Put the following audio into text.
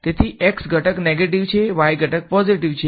તેથી x ઘટક negative છે y ઘટક પોઝીટીવ છે